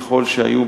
ככל שהיו,